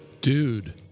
dude